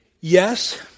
yes